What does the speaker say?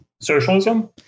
Socialism